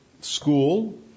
school